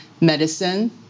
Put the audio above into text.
medicine